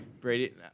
Brady